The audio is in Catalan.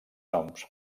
noms